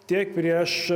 tiek prieš